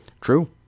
True